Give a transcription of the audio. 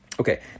Okay